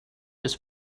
his